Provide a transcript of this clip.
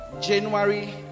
january